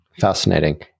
fascinating